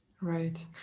Right